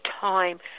time